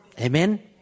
Amen